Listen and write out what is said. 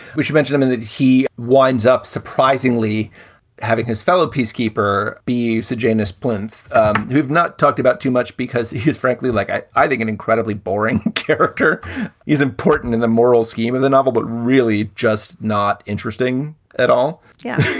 which you mentioned. i mean, that he winds up surprisingly having his fellow peacekeeper be so janus plinth who've not talked about too much because he is frankly, like i i think an incredibly boring character is important in the moral scheme, in the novel, but really just not interesting at all yeah.